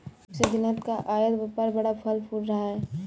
सिद्धिनाथ का आयत व्यापार बड़ा फल फूल रहा है